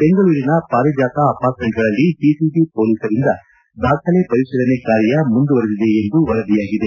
ಬೆಂಗಳೂರಿನ ಪಾರಿಜಾತ ಅಪಾರ್ಟ್ಮೆಂಟ್ಗಳಲ್ಲಿ ಸಿಸಿಐ ಮೊಲೀಸರಿಂದ ದಾಖಲೆ ಪರಿಶೀಲನೆ ಕಾರ್ಯ ಮುಂದುವರಿದಿದೆ ಎಂದು ವರದಿಯಾಗಿದೆ